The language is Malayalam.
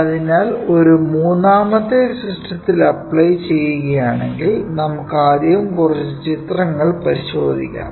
അതിനാൽ ഒരു മൂന്നാമത്തെ സിസ്റ്റത്തിൽ അപ്ലൈ ചെയ്യുകയാണെങ്കിൽ നമുക്കാദ്യം കുറച്ചു ചിത്രങ്ങൾ പരിശോധിക്കാം